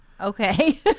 okay